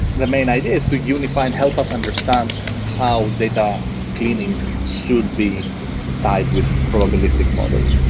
the main idea is to unify and help us understand how data cleaning should be tied with probabilistic models.